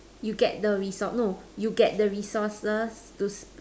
you get the resource no you get the resources to